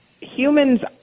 humans